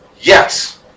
Yes